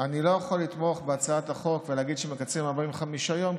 אני לא יכול לתמוך בהצעת החוק ולהגיד שמקצרים מ-45 יום,